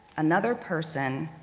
another person,